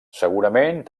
segurament